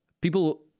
People